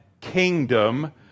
kingdom